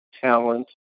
talent